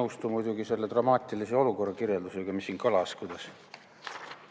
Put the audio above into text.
nõustu muidugi selle dramaatilise olukorrakirjeldusega, mis siin kõlas, rääkides